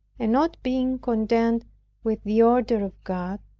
and not being content with the order of god,